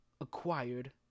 acquired